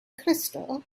crystal